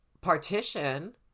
partition